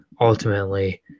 ultimately